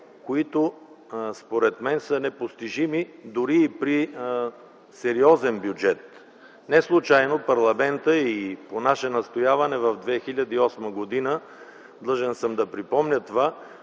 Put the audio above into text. които, според мен, са непостижими дори при сериозен бюджет. Не случайно парламентът по наше настояване през 2008 г. – длъжен съм да припомня това,